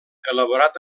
elaborat